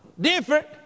different